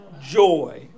Joy